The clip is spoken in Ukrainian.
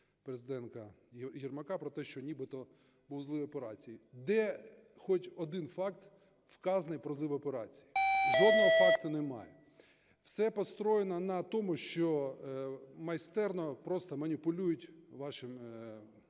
Президента Єрмака про те, що нібито був злив операції. Де хоч один факт вказаний про злив операції? Жодного факту немає. Все построєно на тому, що майстерно просто маніпулюють вашим